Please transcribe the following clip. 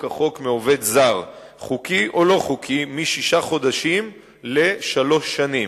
כחוק מעובד זר חוקי או לא-חוקי משישה חודשים לשלוש שנים,